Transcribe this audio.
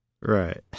right